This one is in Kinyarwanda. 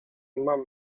impamo